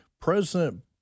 President